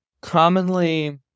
Commonly